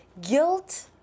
Guilt